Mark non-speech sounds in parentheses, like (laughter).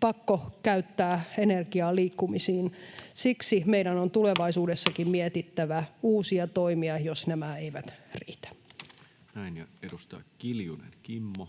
pakko käyttää energiaa liikkumisiin. Siksi meidän on tulevaisuudessakin (noise) mietittävä uusia toimia, jos nämä eivät riitä. Näin. — Ja edustaja Kiljunen Kimmo.